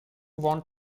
want